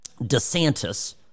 DeSantis